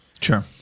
Sure